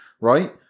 right